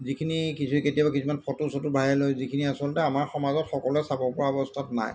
যিখিনি কিছু কেতিয়াবা কিছুমান ফটো চটো ভাইৰেল হয় যিখিনি আচলতে আমাৰ সমাজত সকলোৱে চাবপৰা অৱস্থাত নাই